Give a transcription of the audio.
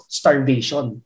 starvation